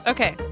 Okay